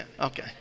Okay